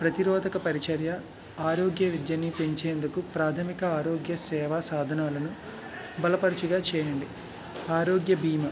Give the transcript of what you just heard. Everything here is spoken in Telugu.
ప్రతిరోధక పరిచర్య ఆరోగ్య విద్యను పెంచేందుకు ప్రాథమిక ఆరోగ్య సేవ సాధనాలను బలపరిచిగా చేయండి ఆరోగ్య బీమా